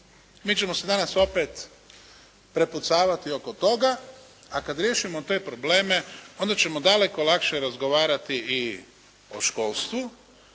Mi ćemo se danas opet prepucavati oko toga a kada riješimo te probleme onda ćemo daleko lakše razgovarati i o školstvu